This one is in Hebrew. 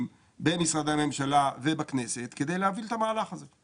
במשרדי הממשלה ובכנסת כדי להוביל את המהלך הזה.